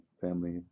family